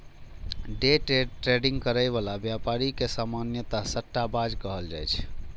day trading करै बला व्यापारी के सामान्यतः सट्टाबाज कहल जाइ छै